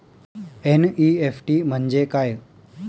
NEFT म्हणजे काय?